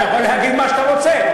אתה יכול להגיד מה שאתה רוצה,